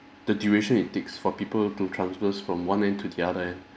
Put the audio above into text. the duration it takes for people to traverse from one end to the other end